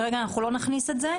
כרגע לא נכניס את זה.